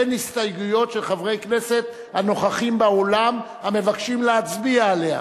אין הסתייגויות של חברי כנסת שנוכחים באולם ומבקשים להצביע עליהן.